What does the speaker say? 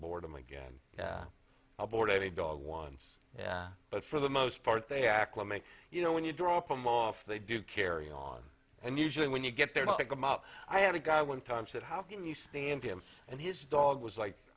boredom again aboard a dog once yeah but for the most part they acclimate you know when you drop them off they do carry on and usually when you get there take them out i had a guy one time said how can you stand him and his dog was like